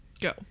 Go